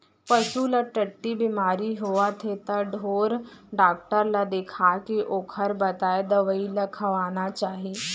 पसू ल टट्टी बेमारी होवत हे त ढोर डॉक्टर ल देखाके ओकर बताए दवई ल खवाना चाही